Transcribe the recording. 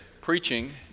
preaching